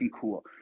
cool